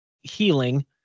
healing